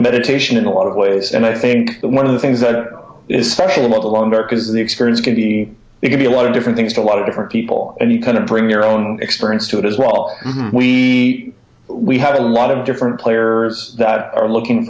meditation in a lot of ways and i think one of the things that is special about the long arc is the experience can be it can be a lot of different things to a lot of different people and you kind of bring your own experience to it as well we we have a lot of different players that are looking